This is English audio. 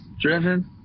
driven